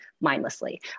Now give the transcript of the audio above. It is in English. mindlessly